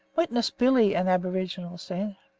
witness billy, an aboriginal, said